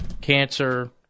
cancer